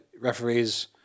referees